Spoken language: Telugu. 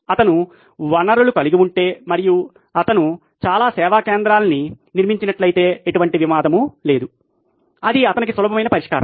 అతను వనరులు కలిగి ఉంటే మరియు అతను చాలా సేవా కేంద్రాన్ని నిర్మించినట్లయితే ఎటువంటి వివాదం లేదు అది అతనికి సులభమైన పరిష్కారం